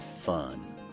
fun